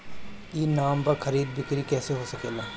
ई नाम पर खरीद बिक्री कैसे हो सकेला?